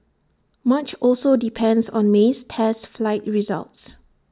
much also depends on May's test flight results